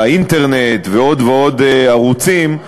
והאינטרנט ועוד ועוד ערוצים,